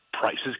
prices